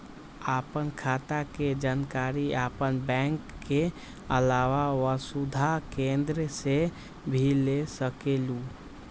आपन खाता के जानकारी आपन बैंक के आलावा वसुधा केन्द्र से भी ले सकेलु?